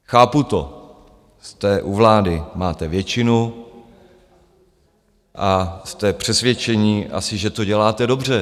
Chápu to, jste u vlády, máte většinu a jste přesvědčení asi, že to děláte dobře.